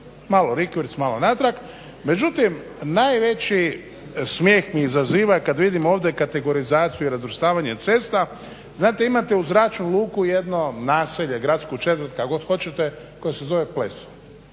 malo rikverc, malo natrag. Međutim, najveći smijeh mi izaziva kad vidim ovdje kategorizaciju i razvrstavanje cesta. Znate imate uz zračnu luku jedno naselje, gradsku četvrt kako god hoćete koja se zove Pleso